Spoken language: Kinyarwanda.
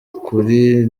ukuri